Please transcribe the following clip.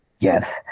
Yes